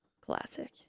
classic